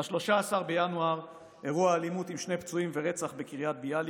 ב-13 בינואר: אירוע אלימות עם שני פצועים ורצח בקריית ביאליק,